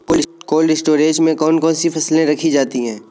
Cold storage में कौन कौन सी फसलें रखी जाती हैं?